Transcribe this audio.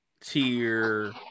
tier